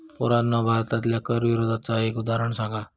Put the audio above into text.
पोरांनो भारतातल्या कर विरोधाचा एक उदाहरण सांगा